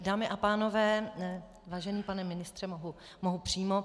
Dámy a pánové, vážený pane ministře, mohu přímo.